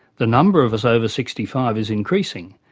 the number of us over sixty five is increasing,